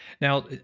Now